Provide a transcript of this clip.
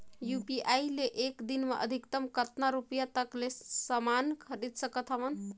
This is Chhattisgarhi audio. यू.पी.आई ले एक दिन म अधिकतम कतका रुपिया तक ले समान खरीद सकत हवं?